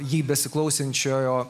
jį besiklausančiojo